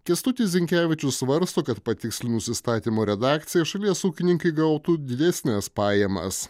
kęstutis zinkevičius svarsto kad patikslinus įstatymo redakciją šalies ūkininkai gautų didesnes pajamas